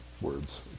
words